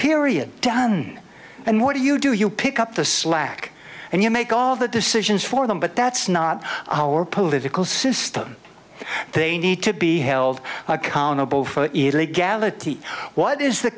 period done and what do you do you pick up the slack and you make all the decisions for them but that's not our political system they need to be held accountable for illegality what is the